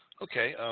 okay